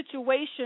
situation